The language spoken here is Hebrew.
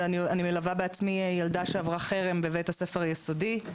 אני מלווה בעצמי ילדה שעברה חרם בבית הספר היסודי.